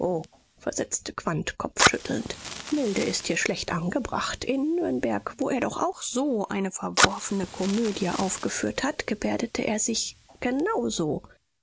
versetzte quandt kopfschüttelnd milde ist hier schlecht angebracht in nürnberg wo er doch auch so eine verworfene komödie aufgeführt hat gebärdete er sich genau so